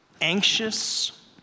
anxious